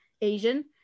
Asian